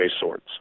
Swords